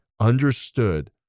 understood